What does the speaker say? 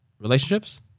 relationships